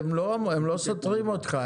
הם לא סותרים אותך.